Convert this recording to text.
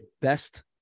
best